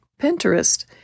Pinterest